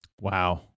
Wow